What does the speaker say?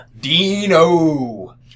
Dino